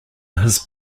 his